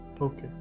Okay